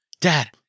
Dad